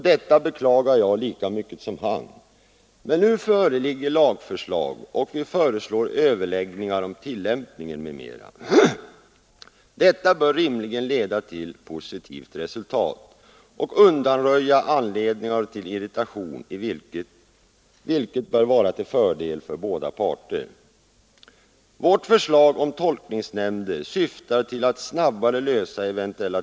Detta beklagar jag lika mycket som han! Men nu föreligger lagförslag och vi föreslår överläggningar om tillämpningen m.m. Detta bör rimligen leda till positivt resultat och undanröja anledningar till irritation vilket bör vara till fördel för båda parter. Vårt förslag om tolkningsnämnder syftar till att snabbare lösa ev.